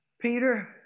Peter